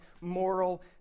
moral